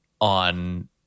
on